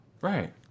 Right